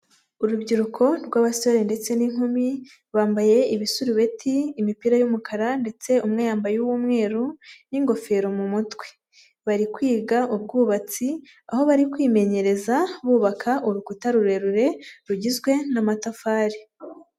Urubyiruko rw'abasore ndetse n'inkumi, bambaye ibisurubeti, imipira y'umukara, ndetse umwe yambaye uw'umweru n'ingofero mu mutwe. Bari kwiga ubwubatsi, aho bari kwimenyereza bubaka urukuta rurerure, rugizwe n'amatafari.